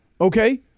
Okay